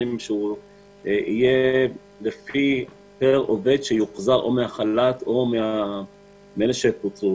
שהוא יהיה לפי פר עובד שיוחזר מהחל"ת או מאלה שפוטרו.